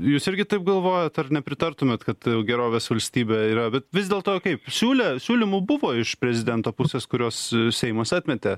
jūs irgi taip galvojat ar nepritartumėt kad gerovės valstybė yra bet vis dėl to kaip siūlė siūlymų buvo iš prezidento pusės kuriuos seimas atmetė